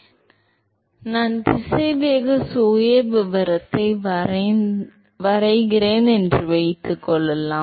இப்போது நான் திசைவேக சுயவிவரத்தை வரைந்தால் என்று வைத்துக்கொள்வோம்